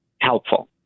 helpful